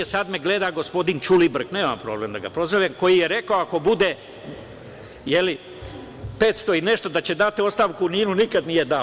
Sada me gleda, gospodin Đulibrk, a nemam problem da ga prozovem, koji je rekao, ako bude 500 i nešto da će dati ostavku u NIN-u, nikada nije dao.